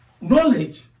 knowledge